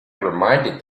reminded